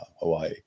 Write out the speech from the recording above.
Hawaii